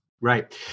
Right